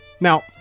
Now